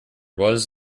was